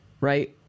Right